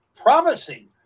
Promising